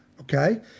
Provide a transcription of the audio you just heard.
okay